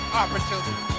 opportunity